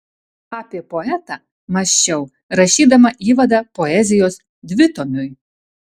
apie poetą mąsčiau rašydama įvadą poezijos dvitomiui